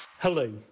Hello